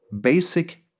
basic